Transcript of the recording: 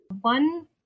One